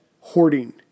hoarding